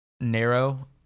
narrow